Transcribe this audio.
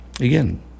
again